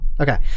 Okay